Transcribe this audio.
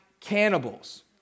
cannibals